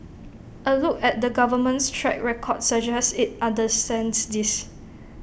A look at the government's track record suggests IT understands this